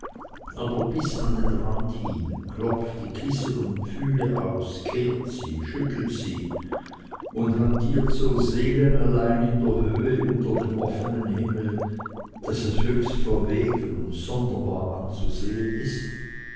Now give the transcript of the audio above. aber bis an den rand hin klopft die kissen und pfühle aus kehrt sie schüttelt sie und hantiert so seelenallein in der höhe unter dem offenen himmel daß es höchst verwegen und sonderbar anzusehen ist